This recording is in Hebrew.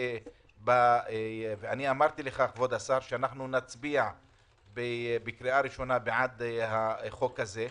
אמרתי לך שנצביע בקריאה ראשונה בעד החוק הזה.